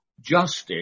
justice